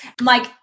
Mike